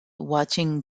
watching